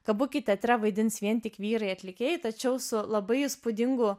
kabuki teatre vaidins vien tik vyrai atlikėjai tačiau su labai įspūdingu